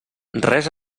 res